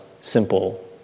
simple